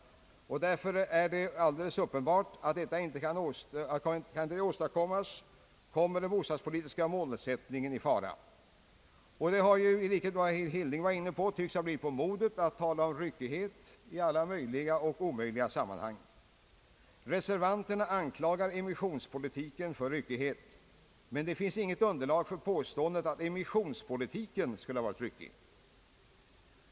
Därför är det alldeles uppenbart att den bostadspolitiska målsättningen kommer i fara, om detta inte kan åstadkommas. Även av det som herr Hilding sade framgår, att det tycks vara på modet att tala om »ryckighet» i alla möjliga och omöjliga sammanhang. Reservanterna anklagar emissionspolitiken för ryckighet. Det finns dock inte något underlag för påståendet att emissionspolitiken skulle ha varit ryckig.